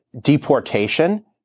deportation